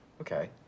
Okay